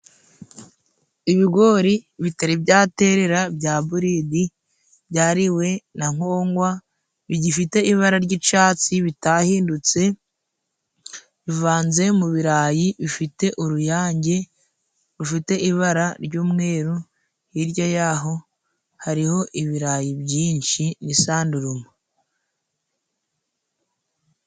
Ibigori bitari bya terera bya buridi byariwe na nkongwa, bigifite ibara ry'icatsi bitahindutse bivanze mu birayi, bifite uruyange rufite ibara ry'umweru hirya y'aho hariho ibirayi byinshi ni sandurume.